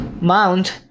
mount